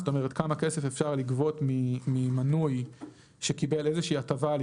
זאת אומרת כמה כסף אפשר לגבות ממנוי שקיבל איזושהי הטבה על